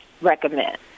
recommend